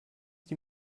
die